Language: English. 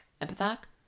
empathic